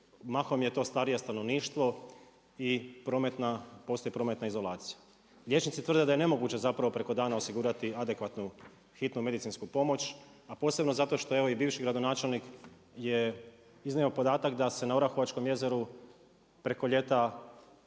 mahom je to starije stanovništvo i postoji prometna izolacija. Liječnici tvrde da je nemoguće, zapravo preko dana osigurati adekvatnu hitnu medicinsku pomoć, a posebno evo zato što evo i bivši gradonačelnik je iznio podatak da se na Orahovačkom jezeru preko ljeta,